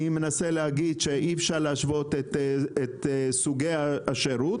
אני מנסה להגיד שאי אפשר להשוות את סוגי השירות